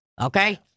Okay